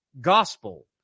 gospel